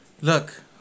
look